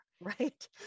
right